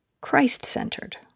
Christ-centered